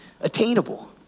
attainable